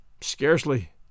Scarcely